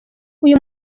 uyu